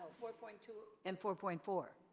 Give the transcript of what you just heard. four point two and four point four.